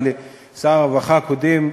לשר הרווחה הקודם,